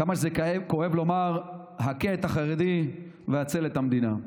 כמה זה כואב לומר, הכה את החרדי והצל את המדינה.